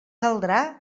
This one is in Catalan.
caldrà